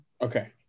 Okay